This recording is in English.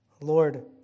Lord